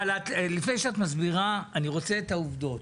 לפני שאת מסבירה, אני רוצה את העובדות.